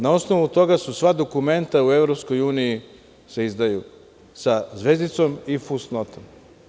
Na osnovu toga sva dokumenta u EU se izdaju sa zvezdicom i fusnotom.